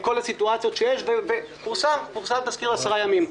כל הסיטואציה המיוחדת שיש ופורסם תזכיר עשרה ימים.